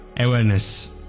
awareness